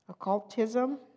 occultism